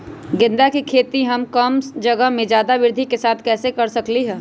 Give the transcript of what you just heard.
गेंदा के खेती हम कम जगह में ज्यादा वृद्धि के साथ कैसे कर सकली ह?